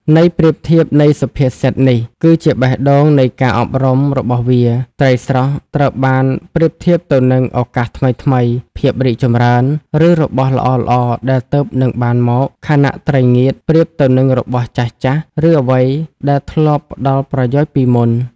ន័យប្រៀបធៀបនៃសុភាសិតនេះ គឺជាបេះដូងនៃការអប់រំរបស់វា ត្រីស្រស់ ត្រូវបានប្រៀបធៀបទៅនឹងឱកាសថ្មីៗ ភាពរីកចម្រើន ឬរបស់ល្អៗដែលទើបនឹងបានមក ខណៈ ត្រីងៀត ប្រៀបទៅនឹងរបស់ចាស់ៗ ឬអ្វីដែលធ្លាប់ផ្តល់ប្រយោជន៍ពីមុន។